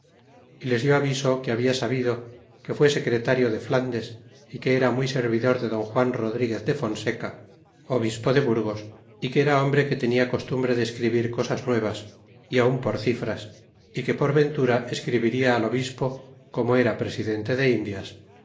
y le dió aviso que habla sabido que fue secretario de flandes y que era muy servidor de don juan rodriguez de fonseca obispo de burgos y que era hombre que tenia costumbre de escribir cosas nuevas y aun por cifras y que por ventura escribirla al obispo como era presidente de indias